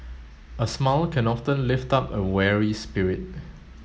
a smile can often lift up a weary spirit